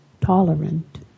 tolerant